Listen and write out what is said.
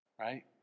right